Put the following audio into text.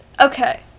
Okay